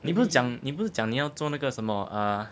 你不是讲你不是讲你要做那个什么啊